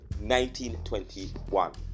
1921